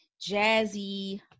jazzy